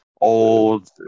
old